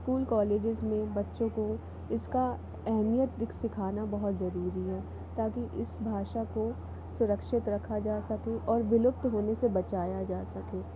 school colleges में बच्चों को इसका अहमियत सिखाना बहुत ज़रूरी है ताकि इस भाषा को सुरक्षित रखा जा सके और विलुप्त होने से बचाया जा सके